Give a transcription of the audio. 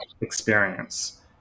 experience